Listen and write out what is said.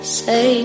say